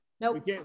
Nope